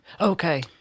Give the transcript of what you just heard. Okay